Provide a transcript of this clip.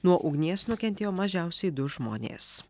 nuo ugnies nukentėjo mažiausiai du žmonės